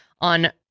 on